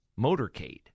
motorcade